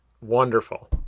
wonderful